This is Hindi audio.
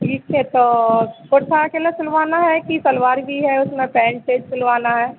ठीक है तो कुर्ता अकेले सिलवाना है कि सलवार भी है उसमें पैन्ट भी सिलवाना है